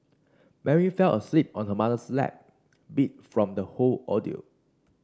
Mary fell asleep on her mother's lap beat from the whole ordeal